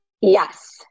Yes